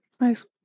nice